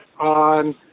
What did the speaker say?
on